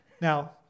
Now